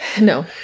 No